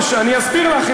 אני אסביר לך,